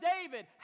David